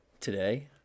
today